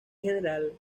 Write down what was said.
general